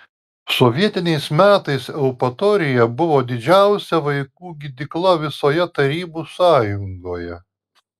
sovietiniais metais eupatorija buvo didžiausia vaikų gydykla visoje tarybų sąjungoje